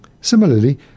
Similarly